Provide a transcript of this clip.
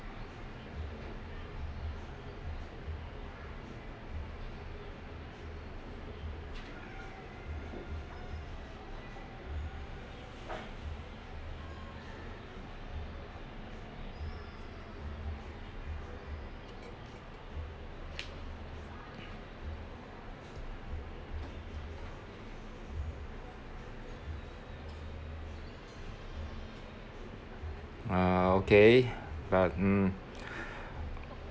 uh okay but mm